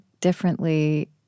differently